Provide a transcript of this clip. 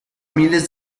miles